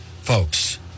folks